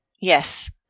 Yes